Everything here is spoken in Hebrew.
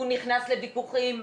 הוא נכנס לוויכוחים,